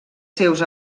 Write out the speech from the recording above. seus